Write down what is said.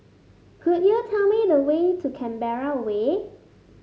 could you tell me the way to Canberra Way